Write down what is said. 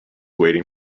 waiting